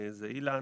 זה אילן.